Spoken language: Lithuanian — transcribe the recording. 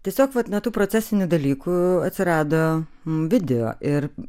tiesiog vat na tų procesinių dalykų atsirado video ir